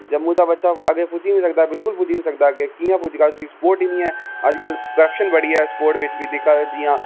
जम्मू दा बच्चा अग्गे पुज्जी नेई सकदा बिलकुल पुज्जी नेईं सकदा कियां पुजगा उसी स्पोट ही नेई ऐ अजकल क्रप्शन बड़ी ऐ स्पोट बिच बी दिखदे जियां